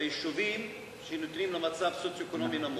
ביישובים שנמצאים במצב סוציו-אקונומי נמוך?